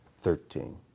Thirteen